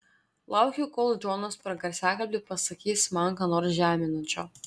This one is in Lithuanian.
laukiau kol džonas per garsiakalbį pasakys man ką nors žeminančio